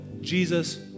Jesus